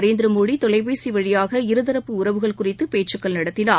நரேந்திரமோடிதொலைபேசிவழியாக இருதரப்பு உறவுகள் குறித்துபேச்சுக்கள் நடத்தினார்